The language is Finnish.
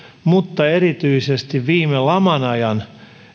erityisesti viime laman ajan